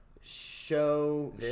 show